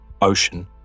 ocean